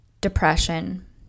depression